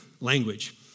language